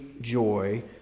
joy